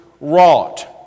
wrought